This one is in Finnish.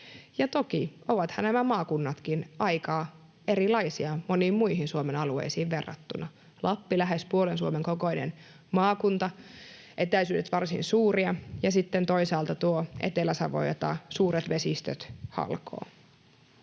Ja ovathan nämä maakunnatkin toki aika erilaisia moniin muihin Suomen alueisiin verrattuna: Lappi lähes puolen Suomen kokoinen maakunta, etäisyydet varsin suuria, ja sitten toisaalta Etelä-Savo, jota suuret vesistöt halkovat.